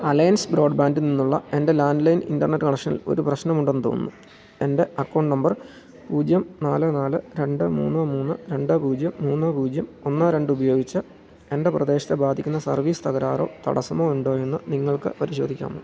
alliance ബ്രോഡ്ബാൻഡിൽ നിന്നുള്ള എൻ്റെ ലാൻഡ്ലൈൻ ഇൻ്റർനെറ്റ് കണക്ഷനിൽ ഒരു പ്രശ്നമുണ്ടെന്ന് തോന്നുന്നു എൻ്റെ അക്കൗണ്ട് നമ്പർ പൂജ്യം നാല് നാല് രണ്ട് മൂന്ന് മൂന്ന് രണ്ട് പൂജ്യം മൂന്ന് പൂജ്യം ഒന്ന് രണ്ടുപയോഗിച്ച് എൻ്റെ പ്രദേശത്തെ ബാധിക്കുന്ന സർവീസ് തകരാറോ തടസ്സമോ ഉണ്ടോയെന്ന് നിങ്ങൾക്ക് പരിശോധിക്കാമോ